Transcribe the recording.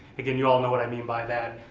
again you all know what i mean by that.